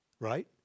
Right